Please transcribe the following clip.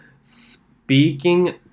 Speaking